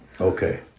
Okay